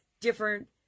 different